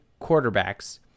quarterbacks